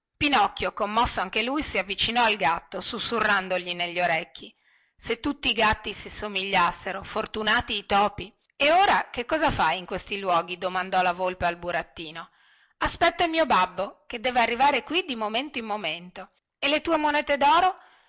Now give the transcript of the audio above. pinocchio commosso anche lui si avvicinò al gatto sussurrandogli negli orecchi se tutti i gatti ti somigliassero fortunati i topi e ora che cosa fai in questi luoghi domandò la volpe al burattino aspetto il mio babbo che deve arrivare qui di momento in momento e le tue monete doro